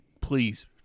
Please